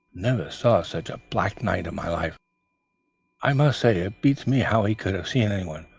never saw such a black night in my life i must say it beats me how he could have seen anyone.